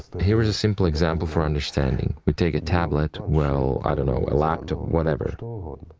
here is simple example for understanding we take a tablet, well, i don't know, a laptop, whatever